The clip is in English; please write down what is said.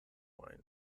wine